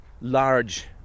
large